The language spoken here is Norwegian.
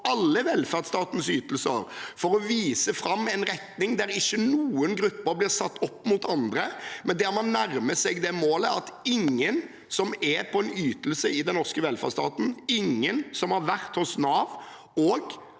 alle velferdsstatens ytelser, for å vise fram en retning der ingen grupper blir satt opp mot andre, men der man nærmer seg det målet at ingen som er på en ytelse i den norske velferdsstaten, ingen som har vært hos Nav og